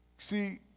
See